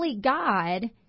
God